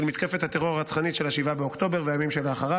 מתקפת הטרור הרצחנית של 7 באוקטובר והימים שאחריו,